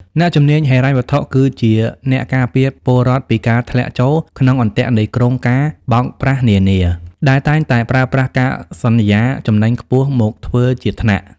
អ្នកជំនាញហិរញ្ញវត្ថុគឺជាអ្នកការពារពលរដ្ឋពីការធ្លាក់ចូលក្នុងអន្ទាក់នៃគ្រោងការណ៍បោកប្រាស់នានា ដែលតែងតែប្រើប្រាស់ការសន្យាចំណេញខ្ពស់មកធ្វើជាថ្នាក់។